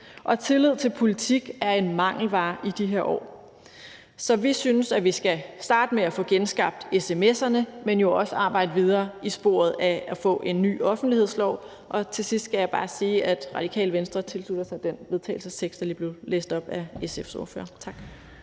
og tillid til politik er en mangelvare i de her år. Så vi synes, at vi skal starte med at få genskabt sms'erne, men jo også arbejde videre i sporet med at få en ny offentlighedslov. Til sidst skal jeg bare sige, at Radikale Venstre tilslutter sig den vedtagelsestekst, der lige blev læst op af SF's ordfører. Tak.